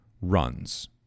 runs